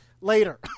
Later